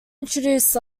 introduced